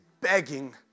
begging